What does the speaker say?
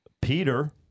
Peter